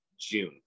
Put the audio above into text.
June